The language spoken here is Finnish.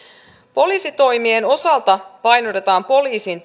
poliisitoimien osalta painotetaan poliisin